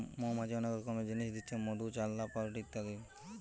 মৌমাছি অনেক রকমের জিনিস দিচ্ছে মধু, চাল্লাহ, পাউরুটি ইত্যাদি